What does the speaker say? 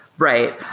right.